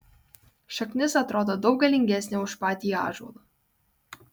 šaknis atrodo daug galingesnė už patį ąžuolą